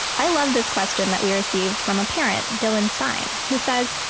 i love this question that we received from a parent, dylan stein, who says,